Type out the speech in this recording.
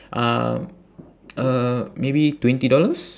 um uh maybe twenty dollars